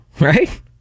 right